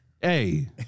Hey